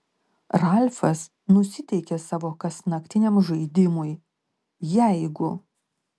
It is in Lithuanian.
ralfas nusiteikė savo kasnaktiniam žaidimui jeigu